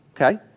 okay